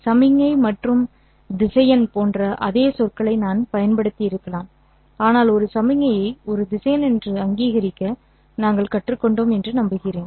சமிக்ஞை மற்றும் திசையன் போன்ற அதே சொற்களை நான் பயன்படுத்தியிருக்கலாம் ஆனால் ஒரு சமிக்ஞையை ஒரு திசையன் என்று அங்கீகரிக்க நாங்கள் கற்றுக்கொண்டோம் என்று நம்புகிறேன்